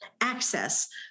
access